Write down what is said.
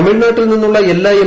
തമിഴ്നാട്ടിൽ നിന്നുള്ള എല്ലൂ എം